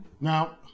Now